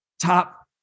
top